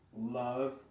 love